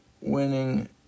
winning